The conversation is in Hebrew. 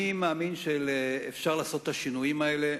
אני מאמין שאפשר לעשות את השינויים האלה.